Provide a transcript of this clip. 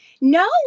No